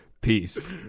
Peace